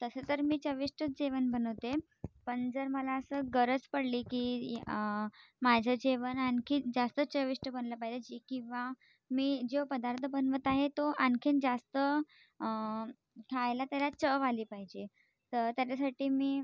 तसं तर मी चविष्टच जेवण बनवते पण जर मला असं गरज पडली की माझं जेवण आणखीन जास्त चविष्ट बनलं पाहिजे जे किंवा मी जो पदार्थ बनवत आहे तो आणखीन जास्त खायला त्याला चव आली पाहिजे त त्याच्यासाठी मी